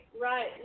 right